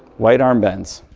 white armbands.